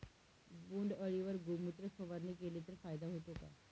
बोंडअळीवर गोमूत्र फवारणी केली तर फायदा होतो का?